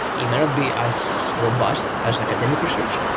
it may not be as robust as academic research,